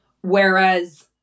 Whereas